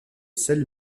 seul